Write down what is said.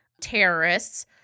terrorists